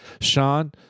Sean